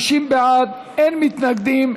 אין נמנעים.